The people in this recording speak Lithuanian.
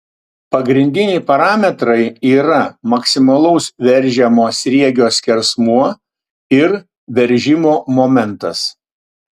pagrindiniai parametrai yra maksimalaus veržiamo sriegio skersmuo ir veržimo momentas